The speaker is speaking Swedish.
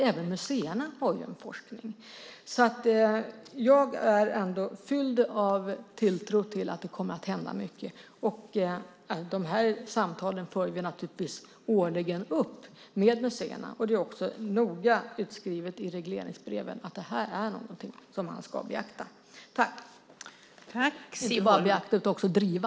Även museerna har forskning. Jag är fylld av tilltro till att det kommer att hända mycket. Samtalen följer vi naturligtvis årligen upp med museerna. Det är också noga utskrivet i regleringsbreven att detta är något som man ska beakta och driva.